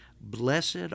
Blessed